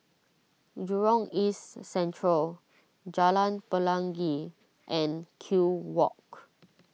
Jurong East Central Jalan Pelangi and Kew Walk